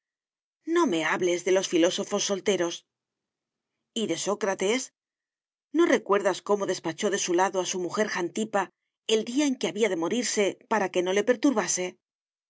no me hables de los filósofos solteros y de sócrates no recuerdas cómo despachó de su lado a su mujer jantipa el día en que había de morirse para que no le perturbase